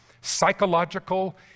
psychological